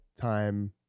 time